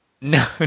No